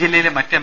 ജില്ലയിലെ മറ്റ് എം